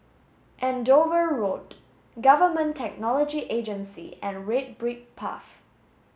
Andover Road Government Technology Agency and Red Brick Path